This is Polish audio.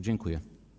Dziękuję.